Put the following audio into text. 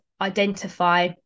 identify